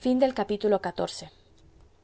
xv